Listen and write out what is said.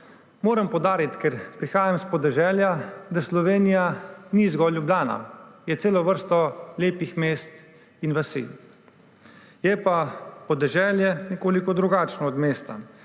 Moram poudariti, ker prihajam s podeželja, da Slovenija ni zgolj Ljubljana, je cela vrsta lepih mest in vasi. Je pa podeželje nekoliko drugačno od mesta